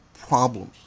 problems